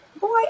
boy